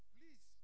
Please